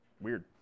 Weird